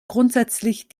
grundsätzlich